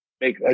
make